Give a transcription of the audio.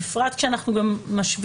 בפרט גם כשאנחנו משווים.